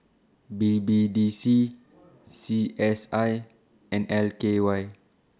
B B D C C S I and L K Y